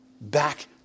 back